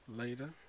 later